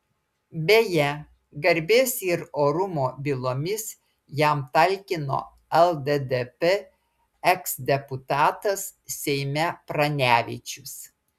beje garbės ir orumo bylomis jam talkino lddp eksdeputatas seime pranevičius